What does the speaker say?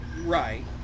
Right